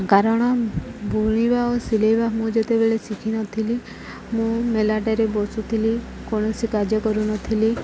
କାରଣ ବୁଣିବା ଓ ସିଲେଇବା ମୁଁ ଯେତେବେଳେ ଶିଖିନଥିଲି ମୁଁ ମେଲାଟାରେ ବସୁଥିଲି କୌଣସି କାର୍ଯ୍ୟ କରୁନଥିଲି